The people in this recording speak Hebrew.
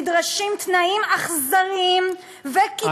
נדרשים תנאים אכזריים וקיצוניים,